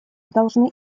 должны